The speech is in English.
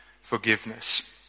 forgiveness